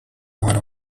one